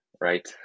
right